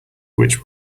which